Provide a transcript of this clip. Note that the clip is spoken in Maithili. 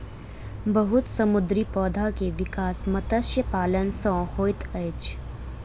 बहुत समुद्री पौधा के विकास मत्स्य पालन सॅ होइत अछि